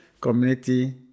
community